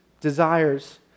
desires